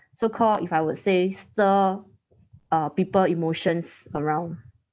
so-called if I would say stir uh people emotions around